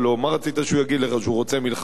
מה רצית שהוא יגיד לך, שהוא רוצה מלחמה?